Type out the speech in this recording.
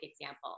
example